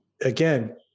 again